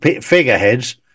figureheads